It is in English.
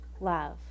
love